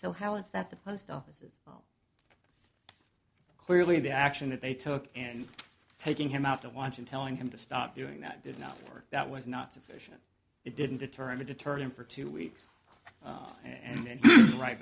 so how is that the post offices clearly the action that they took and taking him out to lunch and telling him to stop doing that did not for that was not sufficient it didn't deter and deter him for two weeks and then right